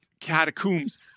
Catacombs